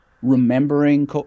remembering